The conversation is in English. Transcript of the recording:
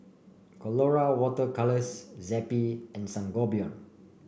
Colora Water Colours Zappy and Sangobion